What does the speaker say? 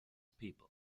people